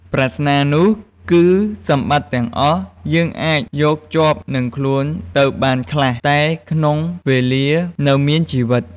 ប្រស្នានុះគឺសម្បត្តិទាំងអស់ យើងអាចយកជាប់នឹងខ្លួនទៅបានខ្លះ តែក្នុងវេលានៅមានជីវិត។